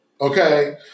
Okay